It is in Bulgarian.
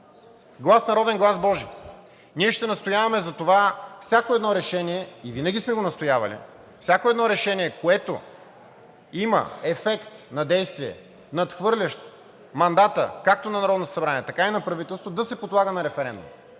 Глас народен, глас Божи! Ние ще настояваме за това всяко едно решение – и винаги сме го настоявали, всяко едно решение, което има ефект на действие, надхвърлящо мандата както на Народното събрание, така и на правителството, да се подлага на референдум.